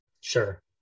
Sure